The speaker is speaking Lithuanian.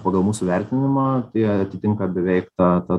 pagal mūsų vertinimą tai atitinka beveik tą tą